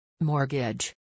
Mortgage